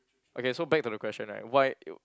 okay so back to the question right why